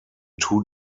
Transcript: two